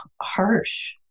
harsh